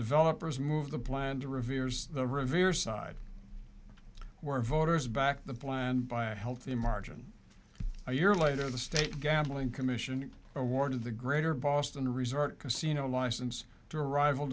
developers move the plan to reveres the reveres side were voters by the blind by a healthy margin a year later the state gambling commission awarded the greater boston resort casino license to arrival